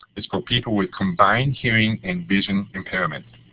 is for people with combined hearing and vision impairment.